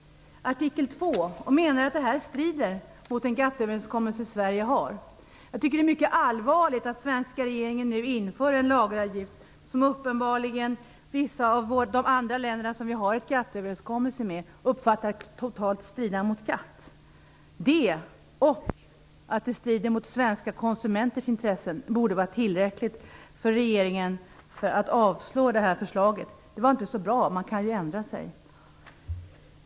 Man hänvisar till artikel 2 i GATT och menar att det här strider mot den GATT-överenskommelse Sverige har ingått. Det är mycket allvarligt att den svenska regeringen nu inför en lageravgift, som uppenbarligen vissa av de länder som vi har en GATT överenskommelse med uppfattar strider mot GATT. Detta plus att det strider mot svenska konsumenters intressen borde vara tillräckligt för regeringen för att avslå förslaget. Det var inte så bra, och man kan ju ändra sig.